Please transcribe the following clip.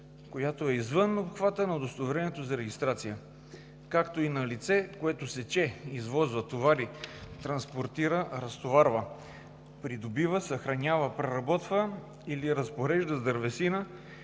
която е извън обхвата на удостоверението за регистрация, както и на лице, което сече, извозва, товари, транспортира, разтоварва, придобива, съхранява, преработва или се разпорежда с дървесина